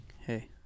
Hey